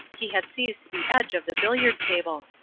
he had seized the edge of the billiard table.